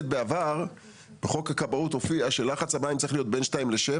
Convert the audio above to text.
בעבר הופיע בחוק הכבאות שלחץ המים צריך להיות בין 2 ל-7